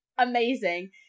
Amazing